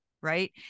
Right